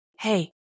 hey